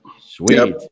Sweet